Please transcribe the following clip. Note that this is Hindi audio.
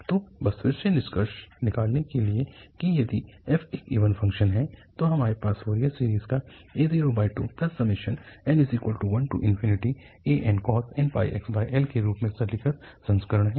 तो बस फिर से निष्कर्ष निकालने के लिए कि यदि f एक इवन फ़ंक्शन है तो हमारे पास फोरियर सीरीज़ का a02n1ancos nπxL के रूप में सरलीकृत संस्करण है